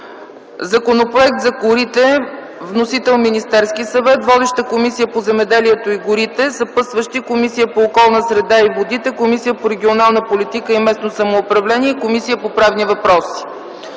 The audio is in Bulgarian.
Законопроект за горите. Вносител е Министерският съвет. Водеща е Комисията по земеделието и горите. Съпътстващи са: Комисията по околната среда и водите, Комисията по регионална политика и местно самоуправление и Комисията по правни въпроси.